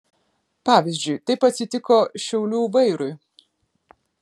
pavyzdžiui taip atsitiko šiaulių vairui